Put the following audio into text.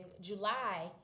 July